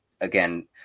again